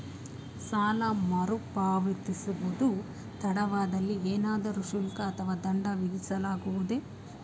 ಸಾಲ ಮರುಪಾವತಿಸುವುದು ತಡವಾದಲ್ಲಿ ಏನಾದರೂ ಶುಲ್ಕ ಅಥವಾ ದಂಡ ವಿಧಿಸಲಾಗುವುದೇ?